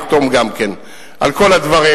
שיחתום גם כן על כל הדברים.